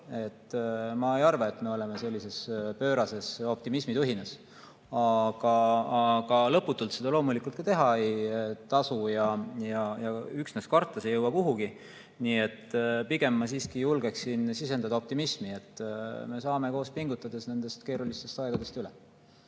Ma ei arva, et me oleme sellises pöörases optimismituhinas. Lõputult seda loomulikult teha ei tasu, aga ka üksnes kartes ei jõua kuhugi. Nii et ma pigem julgeksin siiski sisendada optimismi, et me saame koos pingutades nendest keerulistest aegadest üle.